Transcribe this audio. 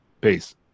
Peace